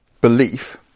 belief